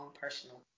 personal